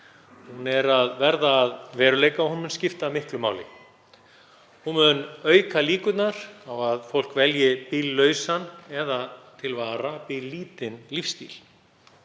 er að verða að veruleika og hún mun skipta miklu máli. Hún mun auka líkurnar á að fólk velji bíllausan eða til vara bíllítinn lífsstíl.